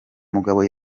mugabo